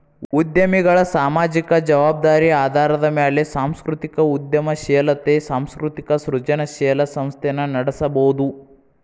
ಉದ್ಯಮಿಗಳ ಸಾಮಾಜಿಕ ಜವಾಬ್ದಾರಿ ಆಧಾರದ ಮ್ಯಾಲೆ ಸಾಂಸ್ಕೃತಿಕ ಉದ್ಯಮಶೇಲತೆ ಸಾಂಸ್ಕೃತಿಕ ಸೃಜನಶೇಲ ಸಂಸ್ಥೆನ ನಡಸಬೋದು